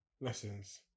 lessons